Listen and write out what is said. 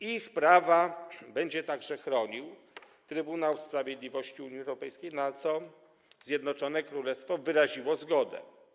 Ich prawa będzie także chronił Trybunał Sprawiedliwości Unii Europejskiej, na co Zjednoczone Królestwo wyraziło zgodę.